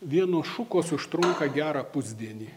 vienos šukos užtrunka gerą pusdienį